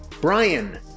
Brian